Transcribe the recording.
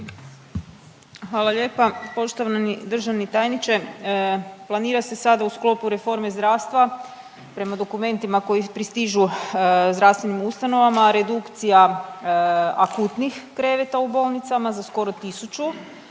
Hvala lijepa. Poštovani državni tajniče, planira se sada u sklopu reforme zdravstva prema dokumentima koji pristižu zdravstvenim ustanovama redukcija akutnih kreveta u bolnicama za skoro tisuću